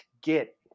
get